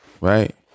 Right